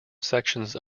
sections